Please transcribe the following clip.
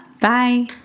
Bye